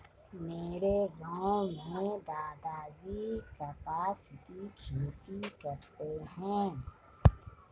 मेरे गांव में दादाजी कपास की खेती करते हैं